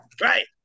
Right